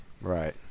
Right